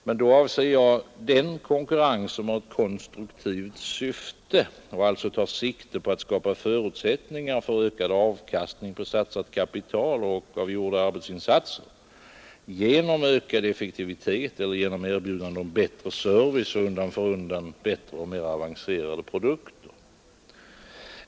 Men då avser jag den konkurrens som har ett konstruktivt syfte och alltså tar sikte på att skapa förutsättningar för ökad avkastning på satsat kapital och av gjorda arbetsinsatser genom ökad effektivitet eller genom erbjudande om bättre service och undan för undan bättre och mer avancerade produkter.